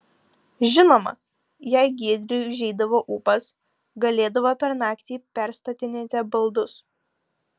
žinoma jei giedriui užeidavo ūpas galėdavo per naktį perstatinėti baldus